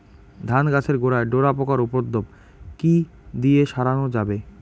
ধান গাছের গোড়ায় ডোরা পোকার উপদ্রব কি দিয়ে সারানো যাবে?